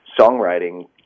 songwriting